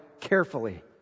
carefully